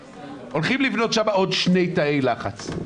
הולכים לבנות שם עוד שני תאי לחץ.